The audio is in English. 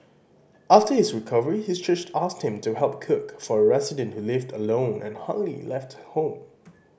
after his recovery his church asked him to help cook for a resident who lived alone and hardly left home